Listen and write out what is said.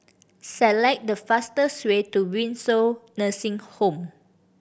select the fastest way to Windsor Nursing Home